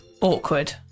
Awkward